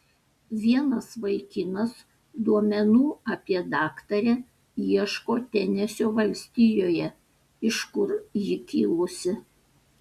vienas vaikinas duomenų apie daktarę ieško tenesio valstijoje iš kur ji kilusi